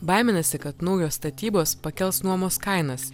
baiminasi kad naujos statybos pakels nuomos kainas